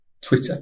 Twitter